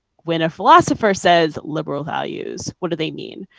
when a philosopher says liberal values what do they mean,